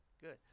good